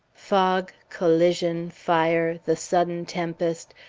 fog, collision, fire, the sudden tempest,